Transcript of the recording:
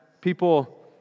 people